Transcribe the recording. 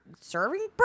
serving